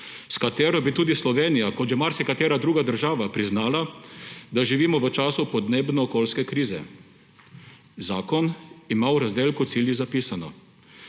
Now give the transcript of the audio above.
s katero bi tudi Slovenija kot že marsikatera druga država priznala, da živimo v času podnebno-okoljske krize. Zakon ima v razdelku Cilji zapisano: